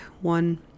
one